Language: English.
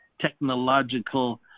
technological